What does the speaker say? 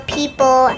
people